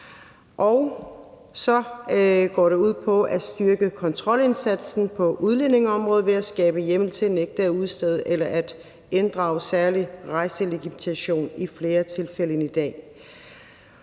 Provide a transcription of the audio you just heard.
Så går det ud på at styrke kontrolindsatsen på udlændingeområdet ved at skabe hjemmel til at nægte at udstede eller at inddrage særlig rejselegitimation i flere tilfælde end i dag.